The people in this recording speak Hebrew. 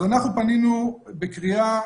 אז אנחנו פנינו בקריאה